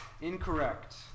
Incorrect